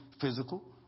physical